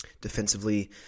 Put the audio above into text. defensively